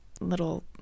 little